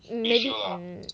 mm maybe mm